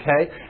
Okay